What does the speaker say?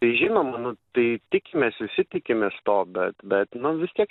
žinoma nu tai tikimės visi tikimės to bet bet nu vis tiek